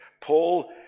Paul